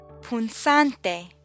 Punzante